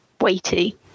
weighty